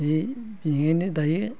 बिदिनो दायो